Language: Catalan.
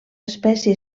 espècie